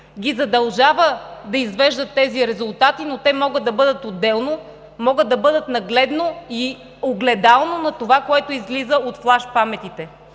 ги задължава да извеждат тези резултати, но те могат да бъдат отделно, могат да бъдат нагледно и огледално на това, което излиза от флаш паметите.